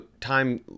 time